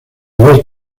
los